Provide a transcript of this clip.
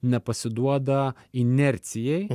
nepasiduoda inercijai